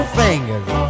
fingers